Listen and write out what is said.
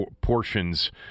portions